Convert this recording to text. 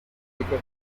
thicker